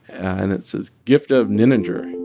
and it says, gift of ninninger, a